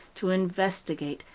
to investigate,